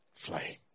Fly